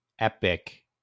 Epic